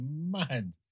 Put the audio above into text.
mad